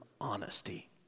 honesty